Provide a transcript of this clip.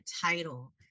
title